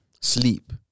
Sleep